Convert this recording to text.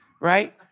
right